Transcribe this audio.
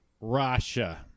russia